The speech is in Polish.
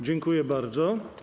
Dziękuję bardzo.